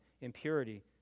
impurity